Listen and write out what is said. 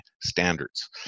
standards